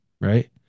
right